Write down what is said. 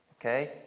okay